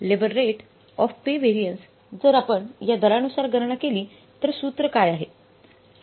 labour rate of pay variance जर आपण या दरानुसार गणना केली तर सूत्र काय आहे